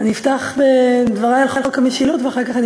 אני אפתח בדברי על חוק המשילות ואחר כך אני